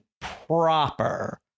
proper